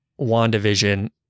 WandaVision